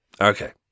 okay